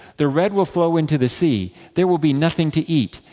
the red will flow into the sea. there will be nothing to eat.